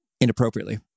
inappropriately